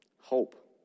hope